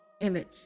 image